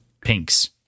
pinks